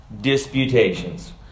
disputations